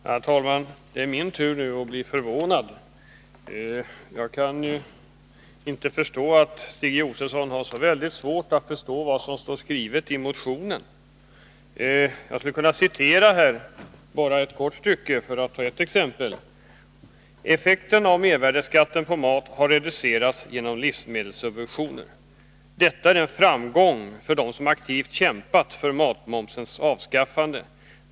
Herr talman! Nu är det min tur att bli förvånad. Jag kan inte förstå att Stig Josefson har så väldigt svårt att begripa vad som står skrivet i motionen. Jag kan citera ett kort stycke för att få ett exempel:” Effekten av mervärdeskatten på mat har reducerats genom livsmedelssubventioner. Detta är en framgång för dem som aktivt kämpat för matmomsens avskaffande.